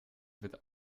wird